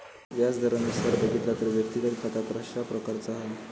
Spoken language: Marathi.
व्याज दरानुसार बघितला तर व्यक्तिगत खाता कशा प्रकारचा हा?